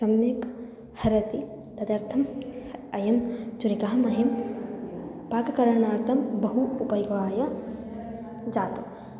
सम्यक् हरति तदर्थम् इयम् छुरिका मह्यं पाककरणार्थं बहु उपयोगाय जाता